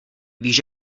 víš